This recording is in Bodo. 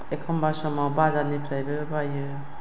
एखमब्ला समाव बाजारनिफ्रायबो बायो